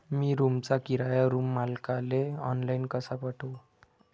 मी रूमचा किराया रूम मालकाले ऑनलाईन कसा पाठवू?